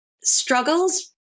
struggles